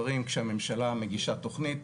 והעסקים הגדולים יודעים שהמשק תלוי בזה.